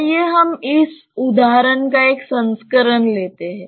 आइए हम इस उदाहरण का एक संस्करण लेते हैं